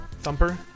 Thumper